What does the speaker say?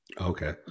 Okay